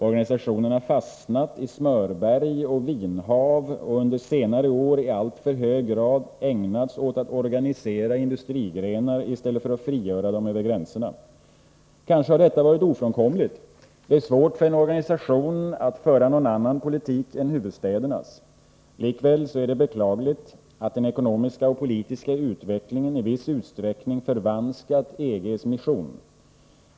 Organisationen har fastnat i smörberg och vinhav och under senare år i alltför hög grad ägnat sig åt att organisera industrigrenar i stället för att frigöra dem över gränserna. Kanske har detta varit ofrånkomligt. Det är svårt för en organisation att föra någon annan politik än huvudstädernas. Likväl är det beklagligt att den ekonomiska och politiska utvecklingen i viss utsträckning förvanskat EG:s mission.